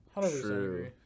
true